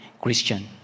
Christian